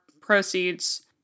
proceeds